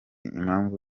impamvu